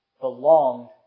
Belonged